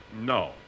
no